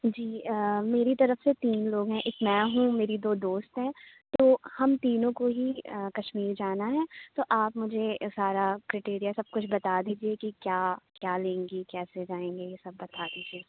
جی آ میری طرف سے تین لوگ ہیں ایک میں ہوں میری دو دوست ہیں تو ہم تینوں کو ہی کشمیر جانا ہے تو آپ مجھے سارا کریٹیریا سب کچھ بتا دیجیے کہ کیا کیا لیں گی کیسے جائیں گے یہ سب بتا دیجیے